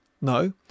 No